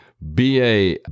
BA